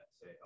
say